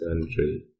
country